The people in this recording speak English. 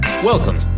Welcome